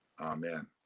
amen